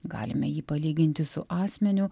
galime jį palyginti su asmeniu